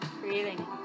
Breathing